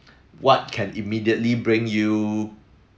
what can immediately bring you